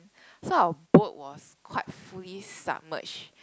so our boat was quite fully submerged